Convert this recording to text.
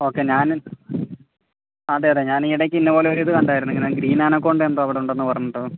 okay ഞാൻ അതേ അതേ ഞാനീ ഇടയ്ക്ക് ഇന്നപോലെ ഒരു ഇത് കണ്ടായിരുന്നു ഇങ്ങനെ ഗ്രീൻ അന്നാക്കൊണ്ടെ എന്തോ അവിടെ ഉണ്ടെന്ന് പറഞ്ഞിട്ട്